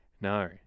No